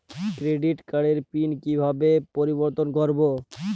Credit কার্ডের pin কিভাবে পরিবর্তন করবো?